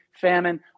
famine